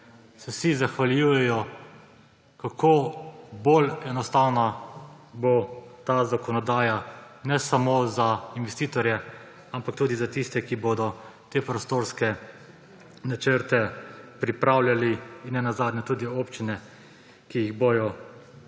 se vsi zahvaljujejo, kako bolj enostavna bo ta zakonodaja ne samo za investitorje, ampak tudi za tiste, ki bodo te prostorske načrte pripravljali in nenazadnje tudi občine, ki jih bodo